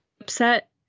upset